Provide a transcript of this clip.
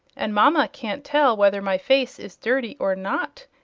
and mama can't tell whether my face is dirty or not!